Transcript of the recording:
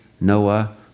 Noah